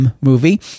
movie